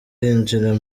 yinjira